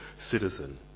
citizen